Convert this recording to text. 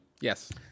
Yes